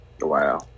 Wow